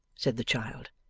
said the child,